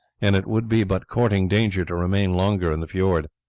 and it would be but courting danger to remain longer in the fiord.